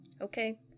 Okay